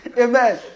Amen